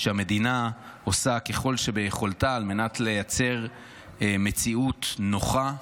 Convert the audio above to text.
שהמדינה עושה כל שביכולתה על מנת לייצר מציאות נוחה בבית.